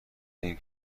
این